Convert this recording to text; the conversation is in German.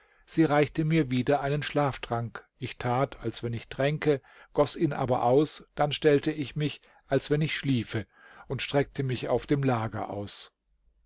sie reichte mir wieder einen schlaftrank ich tat als wenn ich tränke goß ihn aber aus dann stellte ich mich als wenn ich schliefe und streckte mich auf dem lager aus